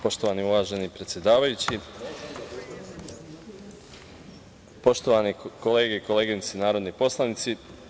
poštovani uvaženi predsedavajući, poštovane kolege i koleginice narodni poslanici.